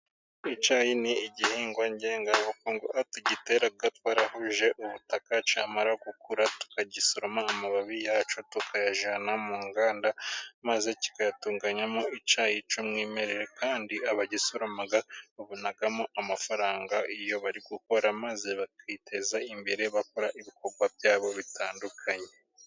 Icyayi ni igihingwa ngengabukungu. Aho tugitera twarahuje ubutaka, cyamara gukura tukagisoroma. Amababi yacyo tukayajyana mu nganda maze kikayatunganyamo icyayi cy'umwimerere, kandi abagisoroma babonamo amafaranga, iyo bari gukora maze bakiteza imbere, bakora ibikorwa byabo bitandukanye.